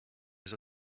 his